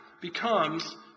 becomes